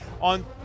on